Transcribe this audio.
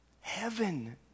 Heaven